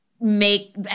make